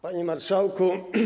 Panie Marszałku!